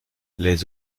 les